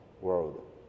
world